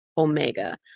Omega